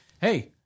Hey